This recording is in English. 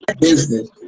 business